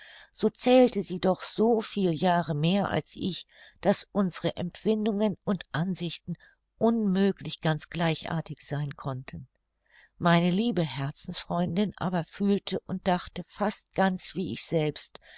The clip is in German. so zählte sie doch so viel jahre mehr als ich daß unsre empfindungen und ansichten unmöglich ganz gleichartig sein konnten meine liebe herzensfreundin aber fühlte und dachte fast ganz wie ich selbst